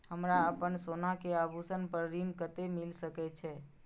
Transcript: हमरा अपन सोना के आभूषण पर ऋण कते मिल सके छे?